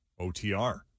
OTR